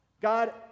God